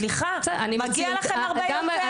סליחה, מגיע לכם הרבה יותר.